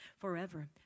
forever